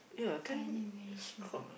Thailand very strong